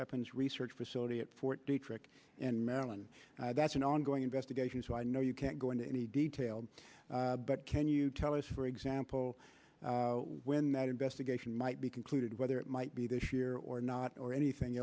weapons research facility at fort detrick in maryland that's an ongoing investigation so i know you can't go into any details but can you tell us for example when that investigation might be concluded whether it might be this year or not or anything